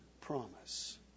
promise